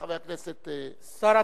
השעון